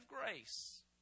grace